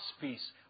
peace